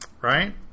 right